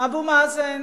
אבו מאזן,